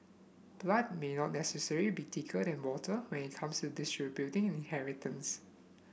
blood may not necessarily be thicker than water when it comes to distributing inheritance